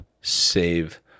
save